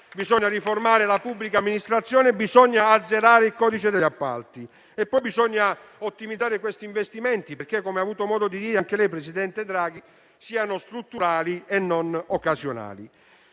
Bisogna riformare la pubblica amministrazione e azzerare il codice degli appalti; occorre inoltre ottimizzare questi investimenti affinché, come ha avuto modo di dire anche lei, presidente Draghi, siano strutturali e non occasionali.